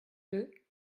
deux